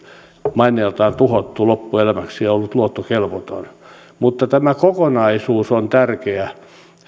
maineeltaan tuhottu loppuelämäksi ja ollut luottokelvoton mutta tämä kokonaisuus on tärkeä